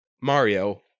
Mario